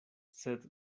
sed